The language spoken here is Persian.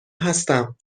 هستم